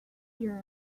your